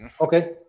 Okay